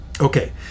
Okay